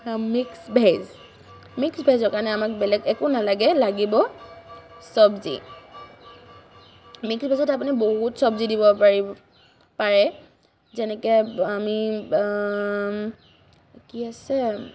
mix veg mix ভেজৰ কাৰণে আমাক বেলেগ একো নালাগে লাগিব চব্জি মিক্স ভেজত আপোনাৰ বহুত চব্জি দিব পাৰে যেনেকৈ আমি কি আছে